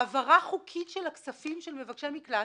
העברה חוקית של הכספים של מבקשי מקלט